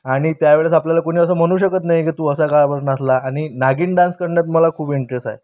आणि त्या वेळेस आपल्याला कोणी असं म्हणू शकत नाही की तू असा का बरं नाचला आणि नागीण डान्स करण्यात मला खूप इंटरेस आहे